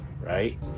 Right